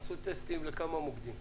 עשו טסטים לכמה מוקדים,